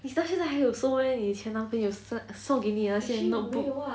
你到现在还有收 meh 你以前男朋友送给你的那些:ni yi qianan nan peng you song gei ni de nei xie notebook